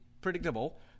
predictable